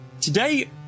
Today